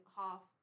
half